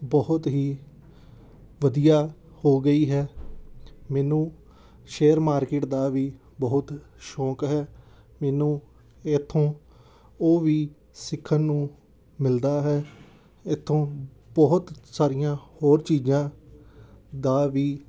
ਬਹੁਤ ਹੀ ਵਧੀਆ ਹੋ ਗਈ ਹੈ ਮੈਨੂੰ ਸ਼ੇਅਰ ਮਾਰਕੀਟ ਦਾ ਵੀ ਬਹੁਤ ਸ਼ੌਂਕ ਹੈ ਮੈਨੂੰ ਇੱਥੋਂ ਉਹ ਵੀ ਸਿੱਖਣ ਨੂੰ ਮਿਲਦਾ ਹੈ ਇੱਥੋਂ ਬਹੁਤ ਸਾਰੀਆਂ ਹੋਰ ਚੀਜ਼ਾਂ ਦਾ ਵੀ